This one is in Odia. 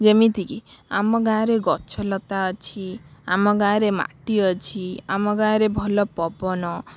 ଯେମିତିକି ଆମ ଗାଁରେ ଗଛଲତା ଅଛି ଆମ ଗାଁରେ ମାଟି ଅଛି ଆମ ଗାଁରେ ଭଲ ପବନ